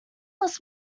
was